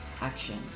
action